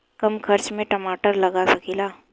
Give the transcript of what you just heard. कम खर्च में टमाटर लगा सकीला?